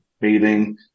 bathing